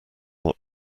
what